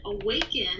awaken